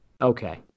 Okay